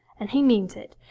and he means it.